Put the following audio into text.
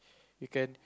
you can